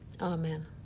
Amen